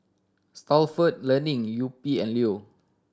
Stalford Learning Yupi and Leo